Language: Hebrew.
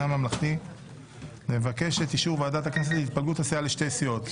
הממלכתי נבקש את אישור ועדת הכנסת להתפלגות הסיעה לשתי סיעות: